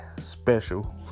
special